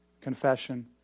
Confession